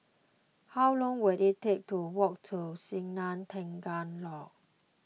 how long will it take to walk to Sungei Tengah Lodge